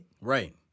Right